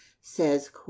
says